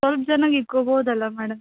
ಸ್ವಲ್ಪ ಜನಗ ಇಟ್ಕೊಬೋದಲ್ಲ ಮೇಡಮ್